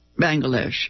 Bangladesh